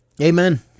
Amen